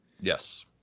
Yes